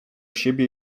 siebie